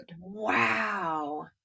Wow